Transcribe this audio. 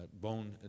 bone